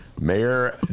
Mayor